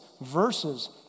verses